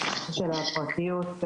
של הפרטיות,